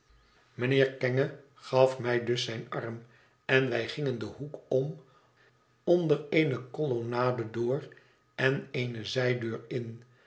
mijnheer kenge gaf mij dus zijn arm en wij gingen den hoek om onder eene kolonnade door en eene zijdeur in